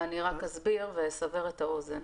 אני רק אסביר ואסבר את האוזן.